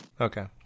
Okay